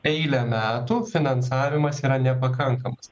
eilę metų finansavimas yra nepakankamas